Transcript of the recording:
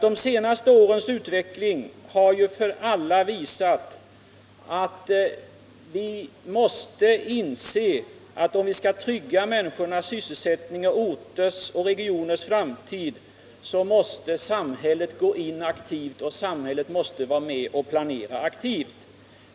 De senaste årens utveckling har visat för alla att vi måste inse att om vi skall trygga människors sysselsättning och orters och regioners framtid så måste samhället gå in aktivt och vara med och planera.